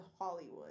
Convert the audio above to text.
Hollywood